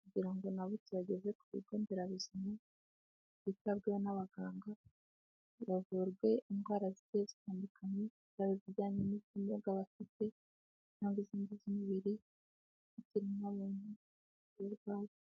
kugira ngo na bo tubageze ku bigo nderabuzima bitabweho n'abaganga, bavurwe indwara zgiye zitandukanye, yaba izijyanye n'ubumuga bafite, cyangwa n'izindi z'umubiri, bakire ubwo burwayi.